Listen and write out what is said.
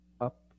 up